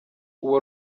uwo